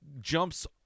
jumps